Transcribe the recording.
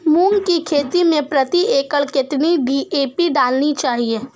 मूंग की खेती में प्रति एकड़ कितनी डी.ए.पी डालनी चाहिए?